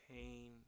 pain